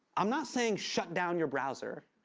i'm not saying shut down your browser.